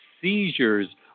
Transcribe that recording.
seizures